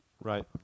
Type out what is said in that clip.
Right